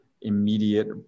immediate